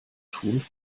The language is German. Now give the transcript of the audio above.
tun